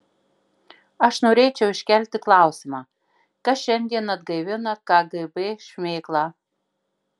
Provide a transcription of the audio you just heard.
aš norėčiau iškelti klausimą kas šiandien atgaivina kgb šmėklą